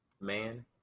man